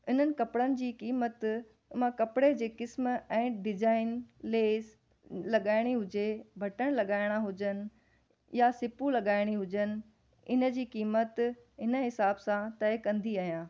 इन्हनि कपिड़नि जी क़ीमत ओ मां कपिड़े जे क़िस्म ऐं डिज़ाइन लेस लॻाइणी हुजे बटण लॻाइणा हुजनि या सिप्पूं लॻाइणी हुजनि इन जी क़ीमत इन हिसाब सां तइ कंदी आहियां